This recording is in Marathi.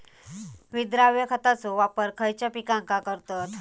विद्राव्य खताचो वापर खयच्या पिकांका करतत?